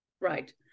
Right